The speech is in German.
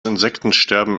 insektensterben